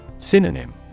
Synonym